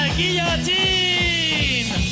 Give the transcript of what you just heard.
guillotine